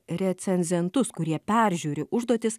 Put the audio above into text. recenzentus kurie peržiūri užduotis